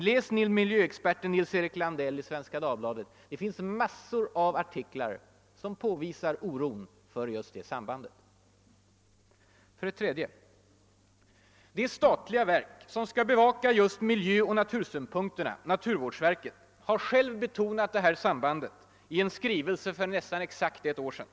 Läs miljöexperten Nils-Erik Landell i Svenska Dagbladet . Det finns massor av artiklar som påvisar oron för just det sambandet. 3. Det statliga verk, som skall bevaka just miljöoch natursynpunkterna, naturvårdsverket, har särskilt betonat detta samband i en skrivelse för nästan exakt ett år sedan.